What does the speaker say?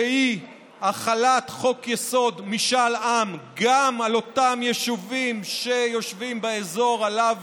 שהוא החלת חוק-יסוד: משאל עם גם על אותם יישובים שיושבים באזור שעליו